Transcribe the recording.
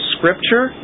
Scripture